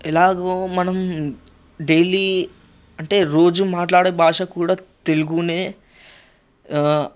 ఎలాగో మనం డైలీ అంటే రోజూ మాట్లాడే భాష కూడా తెలుగునే